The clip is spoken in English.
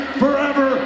forever